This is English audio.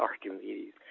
Archimedes